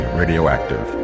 radioactive